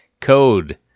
code